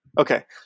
Okay